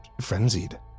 frenzied